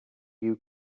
you